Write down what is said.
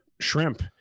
shrimp